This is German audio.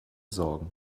sorgen